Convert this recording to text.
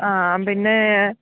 ആ പിന്നേ